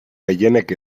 gehienek